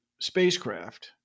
spacecraft